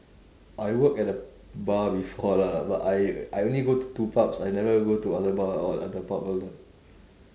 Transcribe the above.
I work at a bar before lah but I I only go to two pubs I never ever go to other bar or other pub all